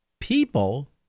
people